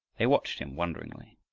they watched him wonderingly.